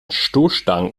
stoßstangen